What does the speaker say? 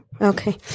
Okay